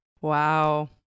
Wow